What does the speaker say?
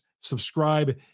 Subscribe